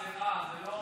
סליחה, זה לא הומוגני,